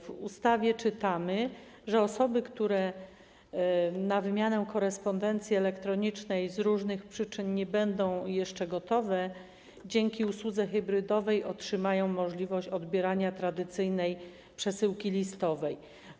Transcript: W ustawie czytamy, że osoby, które na wymianę korespondencji elektronicznej z różnych przyczyn nie będą jeszcze gotowe, dzięki usłudze hybrydowej otrzymają możliwość odbierania tradycyjnej przesyłki listowej.